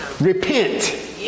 repent